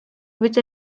which